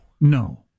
no